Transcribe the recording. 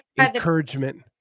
encouragement